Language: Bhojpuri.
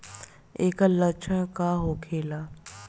ऐकर लक्षण का होखेला?